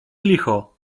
licho